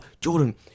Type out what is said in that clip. Jordan